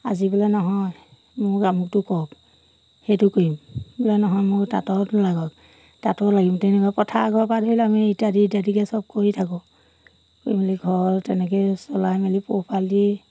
আজি বোলে নহয় মোক আমুকটো কওক সেইটো কৰিম বোলে নহয় মোক তাঁতত লাগক তাঁতত লাগিম তেনেকুৱা পথাৰৰ ঘৰ পৰা ধৰিলে আমি ইত্যাদি ইত্যাদিকে সব কৰি থাকোঁ কৰি মেলি ঘৰ তেনেকেই চলাই মেলি পোহপাল দি